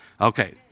Okay